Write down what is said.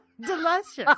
delicious